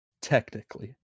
Technically